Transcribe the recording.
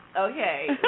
okay